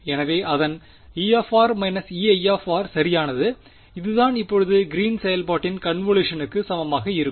எனவே அதன் E−Ei சரியானது இதுதான் இப்போது கிரீன்ஸ் green's செயல்பாட்டின் கன்வொலுஷனுக்கு சமமாக இருக்கும்